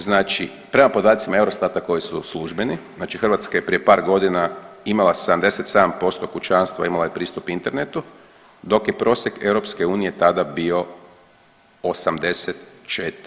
Znači prema podacima Eurostata koji su službeni, znači Hrvatska je prije par godina imala 77% pučanstva imalo je pristup internetu dok je prosjek EU tada bio 84%